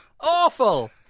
Awful